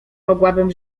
mogłabym